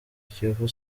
kiyovu